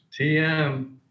TM